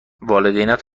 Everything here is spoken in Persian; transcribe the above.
والدینت